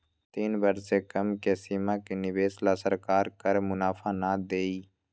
तीन वर्ष से कम के सीमा के निवेश ला सरकार कर मुनाफा ना देई